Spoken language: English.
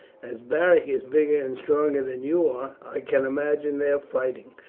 as beric is bigger and stronger than you are, i can imagine their fighting.